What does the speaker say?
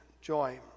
joy